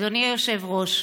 אדוני היושב-ראש,